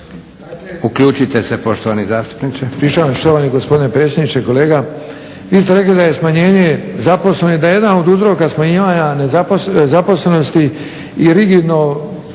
Izvolite poštovani zastupniče.